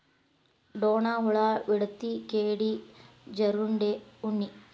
ಡೋಣ ಹುಳಾ, ವಿಡತಿ, ಕೇಡಿ, ಜೇರುಂಡೆ, ಉಣ್ಣಿ